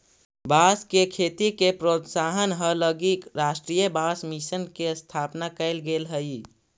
बाँस के खेती के प्रोत्साहन हलगी राष्ट्रीय बाँस मिशन के स्थापना कैल गेल हइ